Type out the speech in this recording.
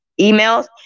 emails